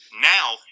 Now